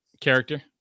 character